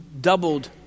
doubled